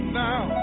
now